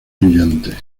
brillante